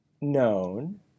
known